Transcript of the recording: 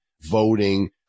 voting